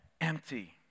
empty